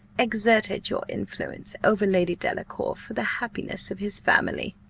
exerted your influence over lady delacour for the happiness of his family.